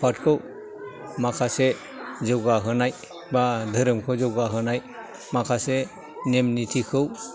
आफादखौ माखासे जौगाहोनाय बा धोरोमखौ जौगाहोनाय माखासे नेम निथिखौ